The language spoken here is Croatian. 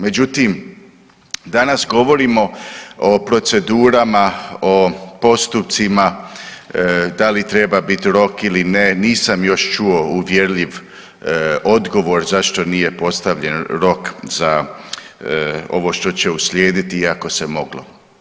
Međutim danas govorimo o procedurama, o postupcima, da li treba biti rok ili ne, nisam još čuo uvjerljiv odgovor zašto nije postavljen rok za ovo što će uslijediti, iako se moglo.